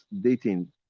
dating